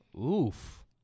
Oof